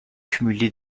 cumulé